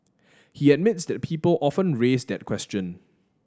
he admits that people often raise that question